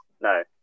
no